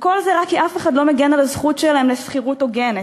כל זה רק כי אף אחד לא מגן על הזכות שלהם לשכירות הוגנת,